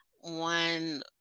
One